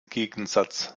gegensatz